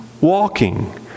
walking